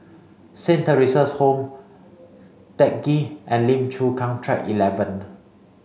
Saint Theresa's Home Teck Ghee and Lim Chu Kang Track eleven